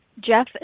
Jeff